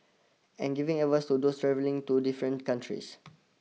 and giving advice to those travelling to different countries